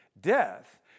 Death